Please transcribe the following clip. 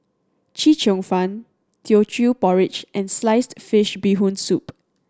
Chee Cheong Fun Teochew Porridge and sliced fish Bee Hoon Soup